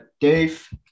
Dave